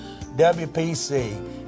WPC